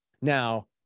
now